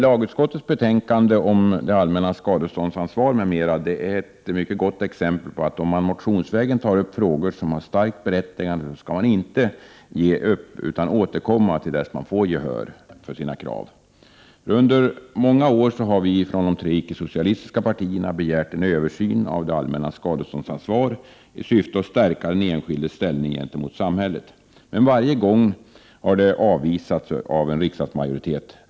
Lagutskottets betänkande om det allmännas skadeståndsansvar är ett mycket gott exempel på att om man motionsvägen tar upp frågor som har starkt berättigande, skall man inte ge upp utan återkomma tills man får gehör för sina krav. Under många år har vi från de tre icke-socialistiska partierna begärt en översyn av det allmännas skadeståndsansvar i syfte att stärka den enskildes ställning gentemot samhället, men varje gång har det avvisats av en riksdagsmajoritet.